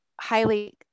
highly